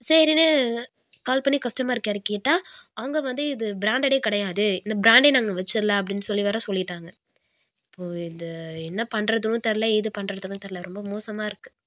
சரின்னு கால் பண்ணி கஸ்டமர் கேருக்கு கேட்டால் அவங்க வந்து இது பிராண்டடே கிடையாது இந்த பிராண்டே நாங்கள் வெச்சிடல அப்படின் சொல்லி வேறு சொல்லிவிட்டாங்க இப்போது இதை என்ன பண்ணுறதுணும் தெரில ஏது பண்ணுறதுணும் தெரில ரொம்ப மோசமாக இருக்குது